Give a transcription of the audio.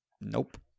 Nope